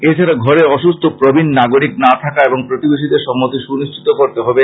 এছাড়া ঘরে অসুস্থ প্রবীণ নাগরিক না থাকা এবং প্রতিবেশীদের সম্মতি সুনিশ্চিত করতে হবে